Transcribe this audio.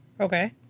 Okay